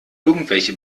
irgendwelche